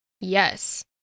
yes